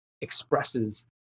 expresses